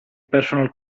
personal